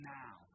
now